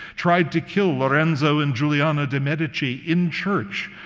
tried to kill lorenzo and giuliano de' medici in church.